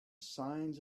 signs